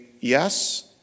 yes